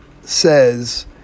says